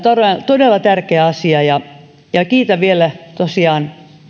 todella tärkeä asia kiitän vielä tosiaan